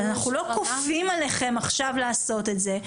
אנחנו לא כופים עליכם עכשיו לעשות את זה,